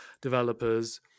developers